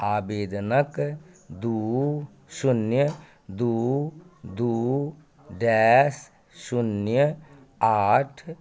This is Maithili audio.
आबेदनक दू शून्य दू दू डैश शून्य आठ